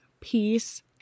peace